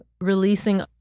releasing